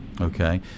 Okay